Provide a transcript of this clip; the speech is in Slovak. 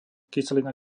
kyselina